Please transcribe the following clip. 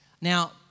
now